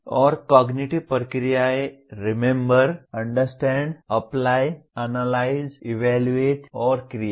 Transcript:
और कॉगनिटिव प्रक्रियाएं remember understand apply analyse evaluate और क्रिएट